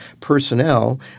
personnel